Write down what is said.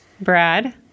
Brad